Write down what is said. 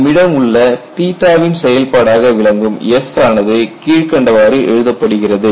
நம்மிடம் உள்ள வின் செயல்பாடாக விளங்கும் S ஆனது கீழ்க்கண்டவாறு எழுதப்படுகிறது